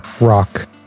Rock